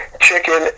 chicken